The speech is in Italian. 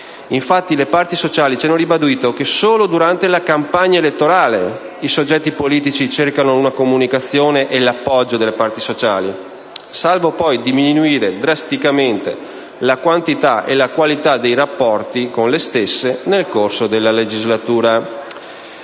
Infatti le parti sociali ci hanno ribadito che solo durante la campagna elettorale i soggetti politici cercano una comunicazione e l'appoggio delle parti sociali, salvo poi diminuire drasticamente la quantità e la qualità dei rapporti con le stesse nel corso della legislatura.